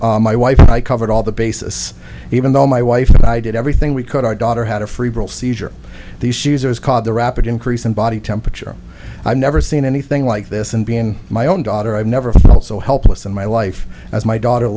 parents my wife and i covered all the bases even though my wife and i did everything we could our daughter had a seizure these shoes or is called the rapid increase in body temperature i've never seen anything like this and being my own daughter i've never felt so helpless in my life as my daughter